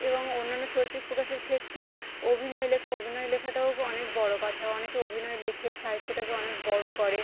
এবং অন্যান্য শৈল্পিক প্রকাশের ক্ষেত্রে অভিনয় লেখা অভিনয় লেখাটাও অনেক বড়ো কথা অনেকে অভিনয় লেখে সাহিত্যটাকে অনেক বড়ো করে